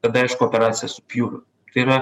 tada aišku operacija su pjūviu tai yra